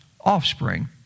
offspring